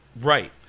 right